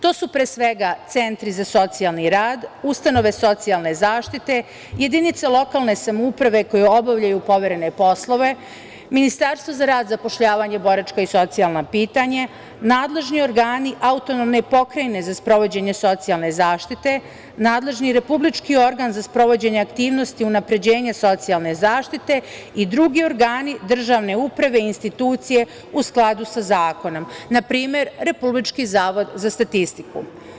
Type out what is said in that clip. To su pre svega centri za socijalni rad, ustanove socijalne zaštite, jedinice lokalne samouprave koje obavljaju poverene poslove, Ministarstvo za rad, zapošljavanje, boračka i socijalna pitanja, nadležni organi autonomne pokrajine za sprovođenje socijalne zaštite, nadležni republički organ za sprovođenje aktivnosti unapređenja socijalne zaštite i drugi organi državne uprave i institucije u skladu sa zakonom, na primer, Republički zavod za statistiku.